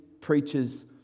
preachers